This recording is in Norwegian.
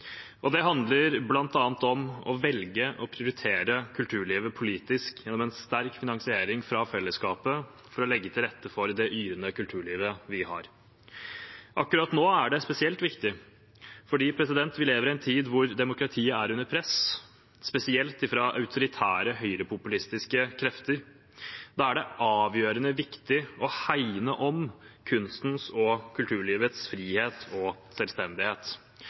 Det handler bl.a. om å velge å prioritere kulturlivet politisk gjennom en sterk finansering fra fellesskapet for å legge til rette for det yrende kulturlivet vi har. Akkurat nå er det spesielt viktig fordi vi lever i en tid der demokratiet er under press, spesielt fra autoritære høyrepopulistiske krefter. Da er det avgjørende viktig å hegne om kunstens og kulturlivets frihet og selvstendighet.